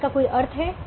क्या इसका कोई अर्थ है